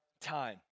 time